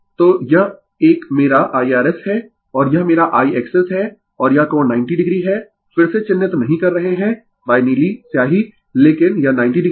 तो यह एक मेरा Irs है और यह मेरा IXS है और यह कोण 90o है फिर से चिह्नित नहीं कर रहे है नीली स्याही लेकिन यह 90o है